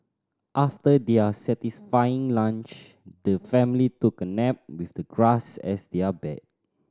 after their satisfying lunch the family took a nap with the grass as their bed